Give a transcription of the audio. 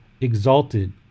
exalted